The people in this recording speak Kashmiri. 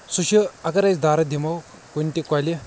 سُہ چھُ اگر أسۍ درٕ دِمو کُنہِ تہِ کۄلہِ